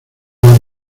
las